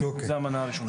זו המנה הראשונה.